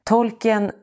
Tolken